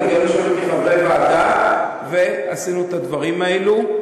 ההיגיון שלנו כחברי ועדה ועשינו את הדברים האלה.